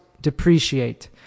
depreciate